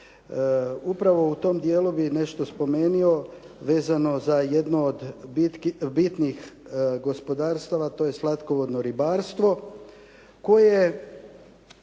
Upravo u tom djelu bih spomenuo vezano za jedno od bitnih gospodarstva, a to je slatkovodno ribarstvo koje